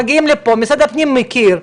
מגיעים לפה ומשרד הפנים מכיר בזה,